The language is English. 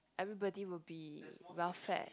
everybody will be well fed